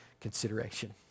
consideration